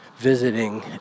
visiting